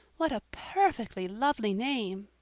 what a perfectly lovely name!